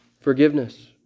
forgiveness